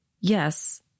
Yes